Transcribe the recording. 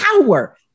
power